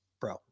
Bro